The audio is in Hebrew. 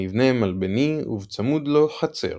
המבנה מלבני ובצמוד לו חצר.